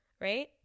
right